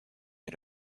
you